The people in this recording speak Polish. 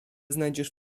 znajdziesz